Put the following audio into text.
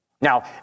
Now